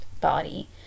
body